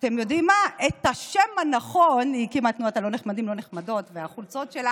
לאוזניים השומעות והלא-מזדעזעות.